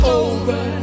over